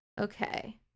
Okay